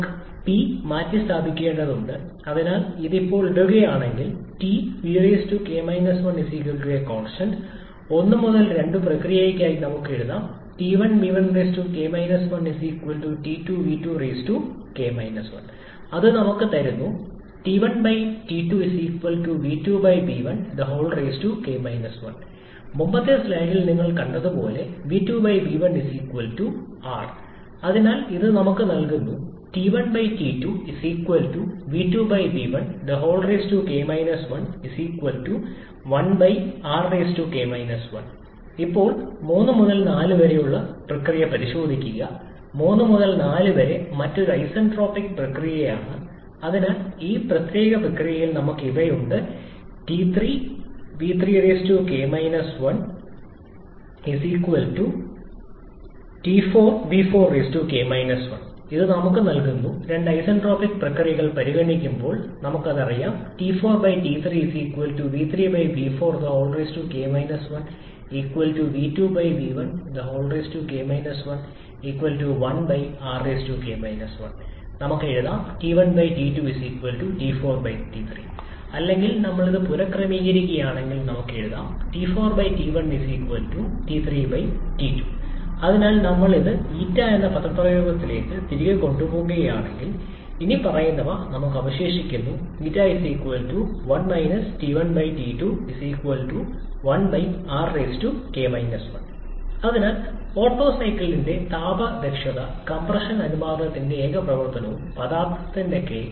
നമുക്ക് P മാറ്റിസ്ഥാപിക്കേണ്ടതുണ്ട് അതിനാൽ ഇത് ഇപ്പോൾ ഇടുകയാണെങ്കിൽ 𝑇𝑣𝑘−1 𝑐𝑜𝑛𝑠𝑡𝑎𝑛𝑡 1 മുതൽ 2 വരെ പ്രക്രിയയ്ക്കായി നമുക്ക് എഴുതാം 𝑇1𝑣1𝑘−1 𝑇2𝑣2𝑘−1 അത് നമുക്ക് തരുന്നു മുമ്പത്തെ സ്ലൈഡിൽ നിന്ന് നിങ്ങൾ കണ്ടതുപോലെ അതിനാൽ ഇത് നമുക്ക് നൽകുന്നു ഇപ്പോൾ 3 മുതൽ 4 വരെയുള്ള പ്രക്രിയ പരിശോധിക്കുക 3 മുതൽ 4 വരെ മറ്റൊരു ഐസന്റ്രോപിക് പ്രക്രിയയാണ് അതിനാൽ ഈ പ്രത്യേക പ്രക്രിയയിൽ ഞങ്ങൾക്ക് ഇവയുണ്ട് 𝑇3𝑣3𝑘−1 𝑇4𝑣4𝑘−1 ഇത് നമുക്ക് നൽകുന്നു രണ്ട് ഐസന്റ്രോപിക് പ്രക്രിയകൾ പരിഗണിക്കുമ്പോൾ നമുക്കത് അറിയാം നമുക്ക് എഴുതാം അല്ലെങ്കിൽ നമ്മൾ ഇത് പുനക്രമീകരിക്കുകയാണെങ്കിൽ നമുക്ക് എഴുതാം അതിനാൽനമ്മൾ അത് 𝜂 എന്ന പദപ്രയോഗത്തിലേക്ക് തിരികെ കൊണ്ടുപോകുകയാണെങ്കിൽ ഇനിപ്പറയുന്നവ നമുക്ക് അവശേഷിക്കുന്നു അതിനാൽ ഓട്ടോ സൈക്കിളിന്റെ താപ ദക്ഷത കംപ്രഷൻ അനുപാതത്തിന്റെ ഏക പ്രവർത്തനവും പദാർത്ഥത്തിന്റെ കെ